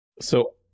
So-